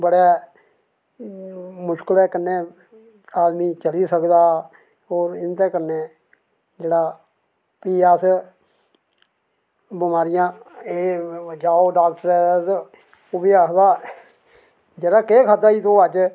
बड़ा मुश्कलै कन्नै आदमी करी सकदा होर इंदे कन्नै भी जेह्ड़ा अस बमारियांं एह् जाओ डॉक्टरै दे ते ओह्बी आक्खदा यरा केह् खाद्धा अज्ज तोह्